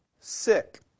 Sick